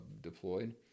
deployed